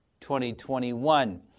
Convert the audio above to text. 2021